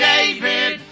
David